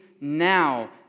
now